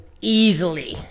easily